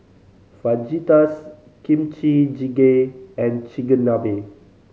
Fajitas Kimchi Jjigae and Chigenabe